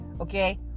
okay